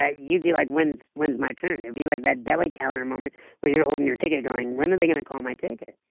ah you'd be like when's when's my turn. it'd and be like that deli counter moment where you're holding your ticket going when are they going to call my ticket